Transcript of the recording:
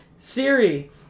Siri